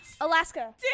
Alaska